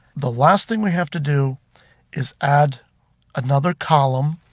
the last thing we have to do is add another column.